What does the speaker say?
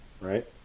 right